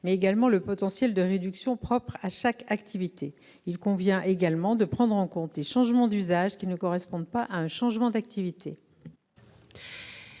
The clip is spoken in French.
mais aussi le potentiel de réduction propre à chaque activité. Il convient également de prendre en compte les changements d'usage qui ne correspondent pas à un changement d'activité.